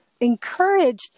encouraged